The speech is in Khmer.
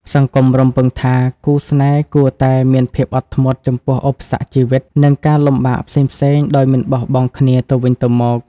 សង្គមរំពឹងថា គូស្នេហ៍គួរតែ "មានភាពអត់ធ្មត់" ចំពោះឧបសគ្គជីវិត និងការលំបាកផ្សេងៗដោយមិនបោះបង់គ្នាទៅវិញទៅមក។